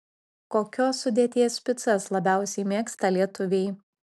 kokios sudėties picas labiausiai mėgsta lietuviai